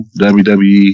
WWE